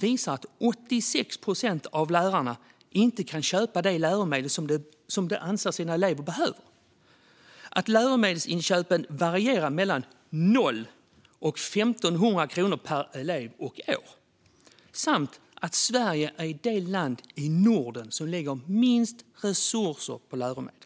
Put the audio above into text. visar att 86 procent av lärarna inte kan köpa de läromedel som de anser att eleverna behöver. Läromedelsinköpen varierar mellan 0 och 1 500 kronor per elev och år. Vidare är Sverige det land i Norden som lägger minst resurser på läromedel.